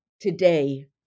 today